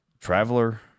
traveler